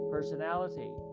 Personality